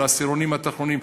של העשירונים התחתונים,